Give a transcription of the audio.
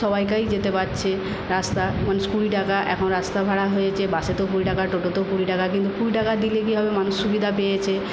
সবাইকারই যেতে পারছে রাস্তা মানে স্কুল যাওয়া এখন রাস্তা ভাড়া হয়েছে বাসে তো কুড়ি টাকা টোটোতেও কুড়ি টাকা কিন্তু কুড়ি টাকা দিলে কি হবে মানুষ সুবিধা পেয়েছে